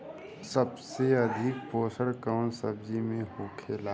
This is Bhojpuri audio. सबसे अधिक पोषण कवन सब्जी में होखेला?